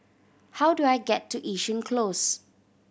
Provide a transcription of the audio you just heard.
how do I get to Yishun Close